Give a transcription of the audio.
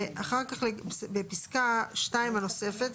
בפסקה (2) הנוספת,